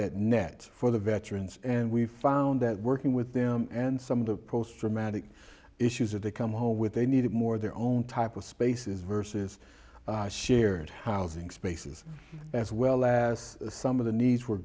that net for the veterans and we found that working with them and some of the post traumatic issues or they come home with they needed more their own type of spaces versus shared housing spaces as well last summer the needs were